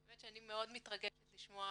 האמת שאני מאוד מתרגשת לשמוע,